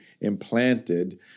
implanted